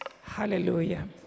Hallelujah